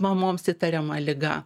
mamoms įtariama liga